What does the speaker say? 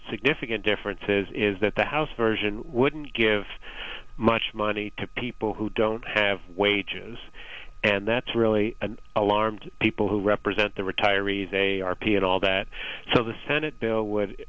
significant differences is that the house version wouldn't give much money to people who don't have wages and that's really alarmed people who represent the retirees a a r p and all that so the senate bill would